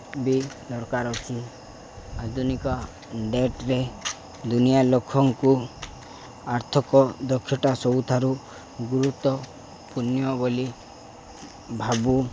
ବି ଦରକାର ଅଛି ଆଧୁନିକ ଡେଟ୍ରେ ଦୁନିଆ ଲୋକଙ୍କୁ ଆର୍ଥିକ ଦକ୍ଷତା ସବୁଠାରୁ ଗୁରୁତ୍ୱପୂର୍ଣ୍ଣ ବୋଲି ଭାବୁ